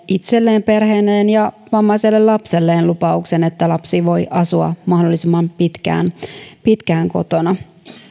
itselleen perheelleen ja vammaiselle lapselleen lupauksen että lapsi voi asua mahdollisimman pitkään pitkään kotona